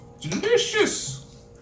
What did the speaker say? delicious